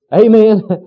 Amen